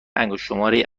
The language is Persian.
انگشتشماری